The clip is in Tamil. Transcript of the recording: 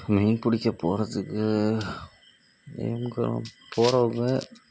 மீன் பிடிக்க போறத்துக்கு மீன் க போகிறவங்க